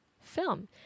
film